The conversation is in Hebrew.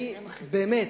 באמת,